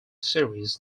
series